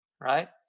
right